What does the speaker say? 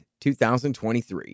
2023